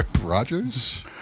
Rogers